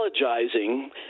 apologizing